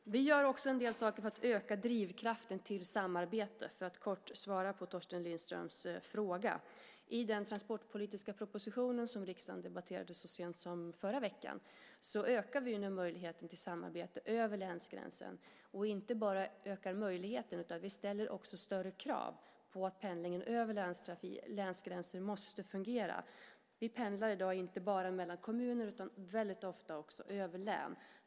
Vi gör också en del saker för att öka drivkraften till samarbete, för att kort svara på Torsten Lindströms fråga. I den transportpolitiska propositionen som riksdagen debatterade så sent som förra veckan ökar vi nu möjligheten till samarbete över länsgränser. Vi ökar inte bara möjligheten utan ställer också större krav på att pendlingen över länsgränser ska fungera. Vi pendlar i dag inte bara mellan kommuner utan väldigt ofta också mellan län.